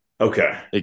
Okay